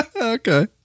Okay